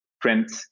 print